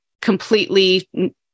completely